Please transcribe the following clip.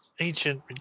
ancient